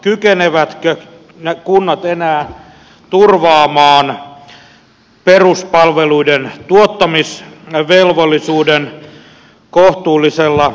kykenevätkö ne enää täyttämään peruspalveluiden tuottamisvelvollisuuden kohtuullisella tavalla